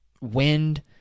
wind